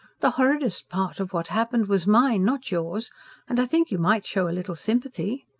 the horridest part of what happened was mine, not yours and i think you might show a little sympathy.